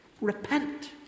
Repent